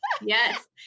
Yes